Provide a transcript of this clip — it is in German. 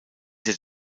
der